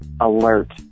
alert